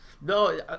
no